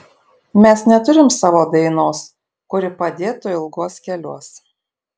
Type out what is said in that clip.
mes neturim savo dainos kuri padėtų ilguos keliuos